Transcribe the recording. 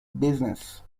business